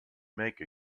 make